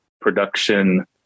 production